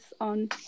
on